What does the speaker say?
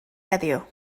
heddiw